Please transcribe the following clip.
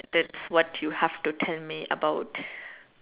that's what you have to tell me about